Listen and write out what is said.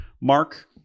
Mark